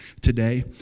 today